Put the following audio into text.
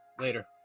Later